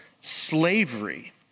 slavery